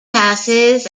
passes